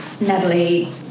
Natalie